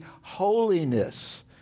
holiness